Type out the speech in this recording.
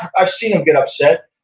i've seen them get upset,